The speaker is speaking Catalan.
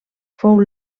fou